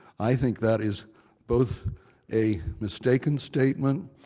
i think that is both a mistaken statement,